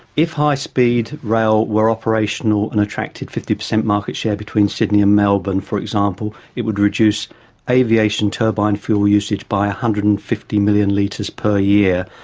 if high speed rail were operational and attracted fifty percent market share between sydney and melbourne, for example, it would reduce aviation turbine fuel usage by one hundred and fifty million litres per year,